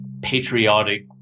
patriotic